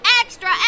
Extra